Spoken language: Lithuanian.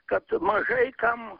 kad mažai kam